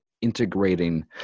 integrating